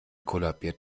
kollabiert